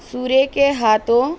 sorry کے ہاتوں